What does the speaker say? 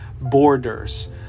borders